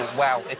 wow.